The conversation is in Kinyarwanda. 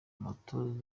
moto